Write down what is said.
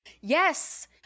yes